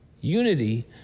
unity